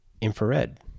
infrared